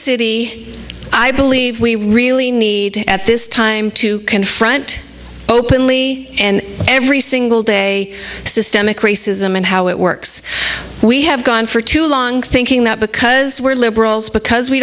city i believe we really need at this time to confront openly and every single day systemic racism and how it works we have gone for too long thinking that because we're liberals because we